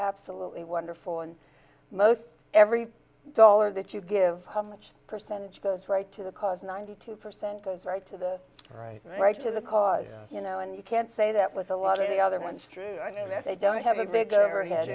absolutely wonderful and most every dollar that you give how much percentage goes right to the cause ninety two percent goes right to the right right to the cause you know and you can't say that with a lot of the other ones through and that they don't have a bigger